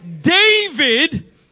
David